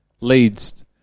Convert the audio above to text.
leads